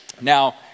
Now